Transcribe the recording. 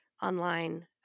Online